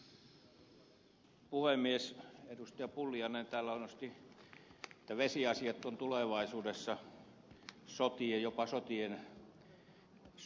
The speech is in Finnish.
pulliainen täällä nosti esille että vesiasiat ovat tulevaisuudessa jopa sotien syynä